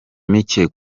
micye